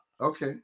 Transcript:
Okay